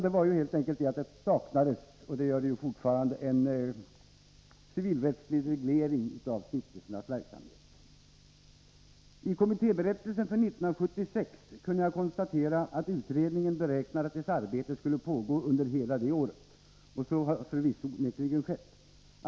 Det var helt enkelt så att det saknades en civilrättslig reglering av stiftelsernas verksamhet — och det gör det fortfarande. I kommittéberättelsen för 1976 kunde jag konstatera att utredningen beräknade att dess arbete skulle pågå under hela det året — och så skedde förvisso.